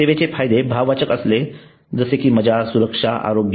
सेवेचे फायदे भाववाचक असतात जसे की मजा सुरक्षा आरोग्य